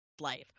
Life